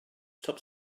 stop